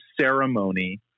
ceremony